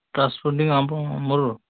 transporting ମୋର୍